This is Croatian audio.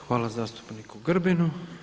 Hvala zastupniku Grbinu.